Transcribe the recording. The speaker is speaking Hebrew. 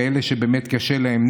כאלה שבאמת קשה להם,